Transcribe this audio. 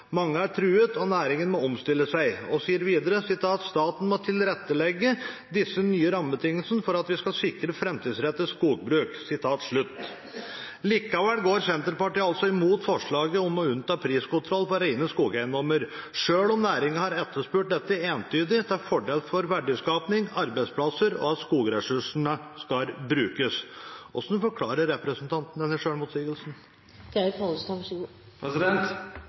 Mange bedrifter er nedlagt, mange er truet, og næringen må omstille seg.» Og videre: «Staten må tilrettelegge disse nye nødvendige rammebetingelsene for at vi skal sikre et framtidsrettet skogbruk.» Likevel går Senterpartiet mot forslaget om å unnta priskontroll på rene skogeiendommer, selv om næringen har etterspurt dette entydig til fordel for verdiskaping og arbeidsplasser og at skogressursene skal brukes. Hvordan forklarer representanten denne